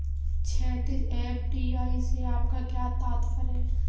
क्षैतिज, एफ.डी.आई से आपका क्या तात्पर्य है?